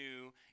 new